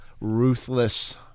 ruthless